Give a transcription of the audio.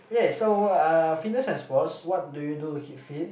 ya so fitness and sports what do you do to keep fit